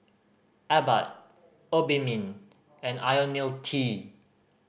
Abbott Obimin and Ionil T